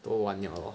都完 liao lor